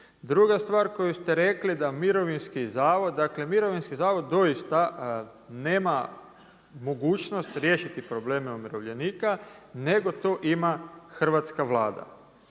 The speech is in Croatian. Druga stvar koju ste rekli da Mirovinski zavod, dakle, Mirovinski zavod doista nema mogućnost riješiti probleme umirovljenika, nego to ima Hrvatska Vlada.